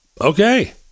okay